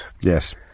Yes